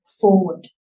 forward